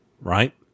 right